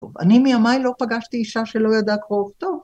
טוב, אני מימיי לא פגשתי אישה שלא ידעה קרוא וכתוב.